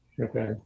okay